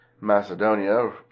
Macedonia